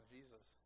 Jesus